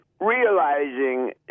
realizing